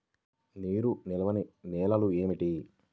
నీరు నిలువని నేలలు ఏమిటి?